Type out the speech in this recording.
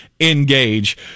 engage